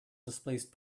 displaced